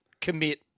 commit